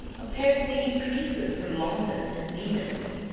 apparently increases her longness and leanness.